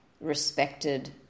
respected